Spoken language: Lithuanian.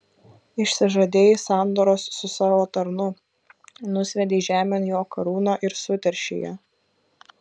išsižadėjai sandoros su savo tarnu nusviedei žemėn jo karūną ir suteršei ją